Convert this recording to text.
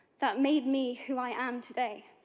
that made me who i am today.